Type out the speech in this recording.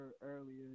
earlier